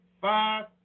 five